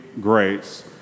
grace